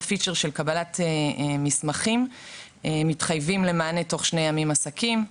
בפיצ'ר של קבלת מסמכים מתחייבים למענה תוך שני ימי עסקים,